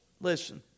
listen